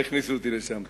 לא הכניסו אותי לשם.